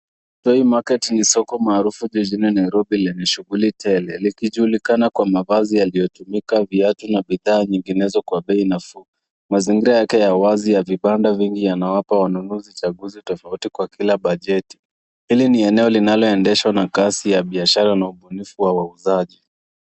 Kwa hii market ni soko maarufu jijini Nairobi lenye shughuli tele likijulikana kwa mavazi yaliyotumika na viatu na bidhaa nyinginezo kwa bei nafuu. Mazingira yake ya wazi ya vibanda vingi yanawapa wanunuzi chaguzi tofauti kwa kila bajeti. Hili ni eneo linaloendeshwa na kasi ya biashara na ubunifu wa wauzaji.